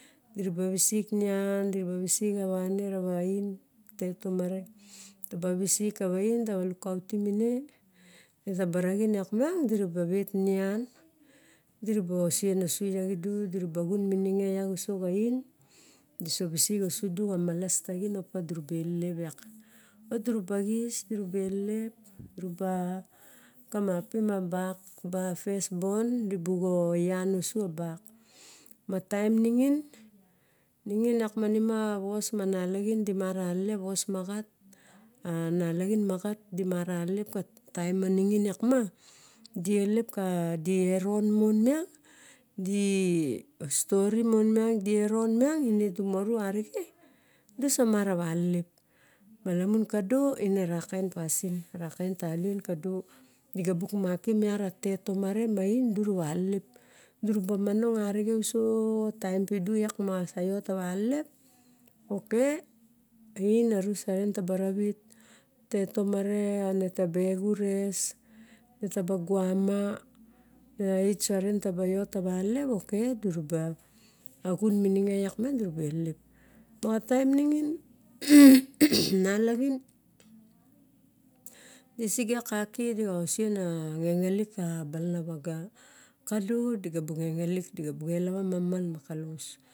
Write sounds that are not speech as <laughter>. Dinobo visik nian diraba visik avaine rewa. An, tet tamare, tabai visik kava lukautim netaba raxin iak miang, diraba vet nian, diraba ongisen asu lak idu, diraba xun mininge lak iso xa oin disa isik osu du uso xa malas taxin opa dura ba elelep iak. O dura ba xis dura ba elelep dura boxis, duraba elelep, duraba kamapim a bak pes born, dibu xo ian osu a bak. Ma taem nimoin ningin yak manima a vos ma nalixin dimarau lelep vos maxat nalaxin maxat dimarava lelep katem maingin yak. Ma die lelep ka, die ron mon miang di stori mon miang, die ron mians ine dimaru arixen ne disama reva lelep. Malamun kado, ere arakain pasin. Arakain talien kado. Di ga ba makim iat a tet tomare ma oin dura va alelep. Dura ba monong arixe uso taem pidu iak ma seot teva elep, ok diraba xun mininge iak durabe lelep. Maxa taem ningin <noise> nalaxin di sige a kaki diangisen a negenglik kabalana vaga. Kado digaboengelik kavago.